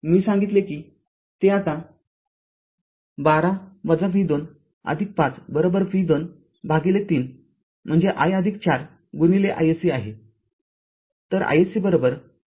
मी सांगितले की ते आता १२ v २५ v २ भागिले ३ म्हणजे i ४ गुणिलें iSC आहे